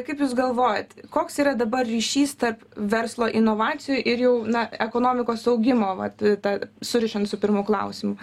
kaip jūs galvojat koks yra dabar ryšys tarp verslo inovacijų ir jau na ekonomikos augimo vat ta surišant su pirmu klausimu